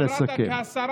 חבר הכנסת סובה, עשינו הסכם.